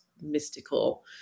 mystical